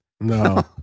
No